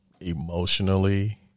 emotionally